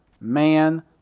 man